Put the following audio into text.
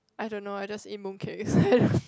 I don't know I just eat mooncake